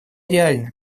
реальны